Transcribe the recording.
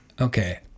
Okay